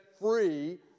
free